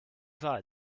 wahl